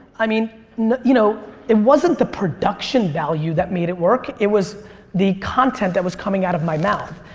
i mean you know it wasn't the production value that made it work. it was the content that was coming out of my mouth.